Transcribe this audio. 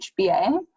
HBA